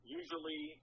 usually